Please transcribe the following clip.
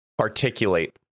Articulate